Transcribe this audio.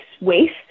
waste